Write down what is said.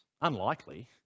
Unlikely